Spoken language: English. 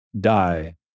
die